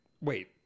wait